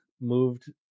moved